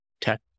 tech